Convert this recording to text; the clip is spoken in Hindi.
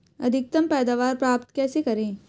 अधिकतम पैदावार प्राप्त कैसे करें?